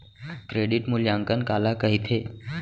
Credit मूल्यांकन काला कहिथे?